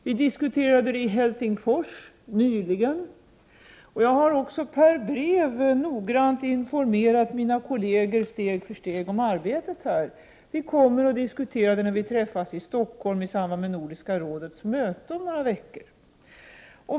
Vi diskuterade det i Helsingfors nyligen. Jag har också per brev noggrant informerat mina kolleger steg för steg om arbetet. Vi kommer att diskutera detta i Stockholm när vi träffas i samband med Nordiska rådets möte om några veckor.